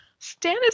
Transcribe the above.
Stannis